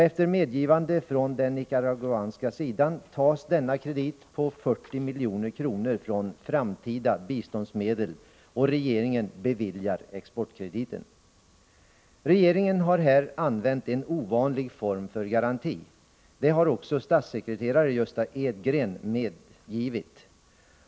Efter medgivande från den nicaraguanska sidan tas denna garanti på 40 milj.kr. från framtida biståndsmedel, och regeringen beviljar exportkrediten. : Regeringen har här använt en ovanlig form för garanti. Det har också statssekreterare Gösta Edgren medgivit.